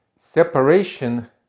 separation